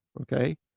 okay